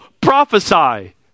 prophesy